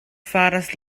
faras